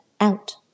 out